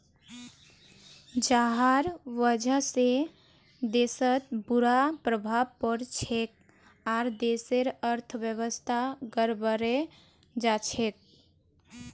जहार वजह से देशत बुरा प्रभाव पोरछेक आर देशेर अर्थव्यवस्था गड़बड़ें जाछेक